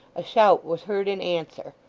a shout was heard in answer,